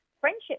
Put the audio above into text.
friendship